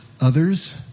Others